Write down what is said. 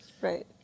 Right